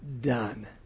done